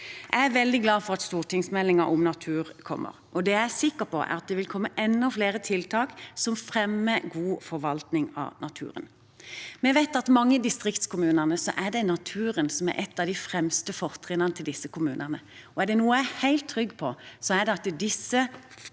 Jeg er veldig glad for at stortingsmeldingen om natur kommer, og det jeg er sikker på, er at det vil komme enda flere tiltak som fremmer god forvaltning av naturen. Vi vet at i mange distriktskommuner er det naturen som er et av de fremste fortrinnene til disse kommunene. Er det noe jeg er helt trygg på, er det at disse distriktskommunene